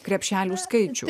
krepšelių skaičių